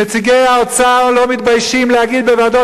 נציגי האוצר לא מתביישים להגיד בוועדות